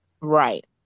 right